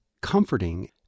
comforting